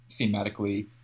thematically